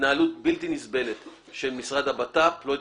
התנהלות בלתי נסבלת של המשרד לביטחון פנים - אני לא יודע